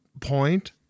point